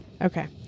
okay